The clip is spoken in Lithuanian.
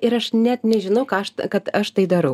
ir aš net nežinau ką aš kad aš tai darau